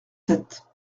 sept